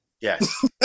Yes